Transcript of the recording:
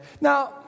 Now